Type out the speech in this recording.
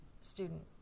student